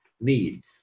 need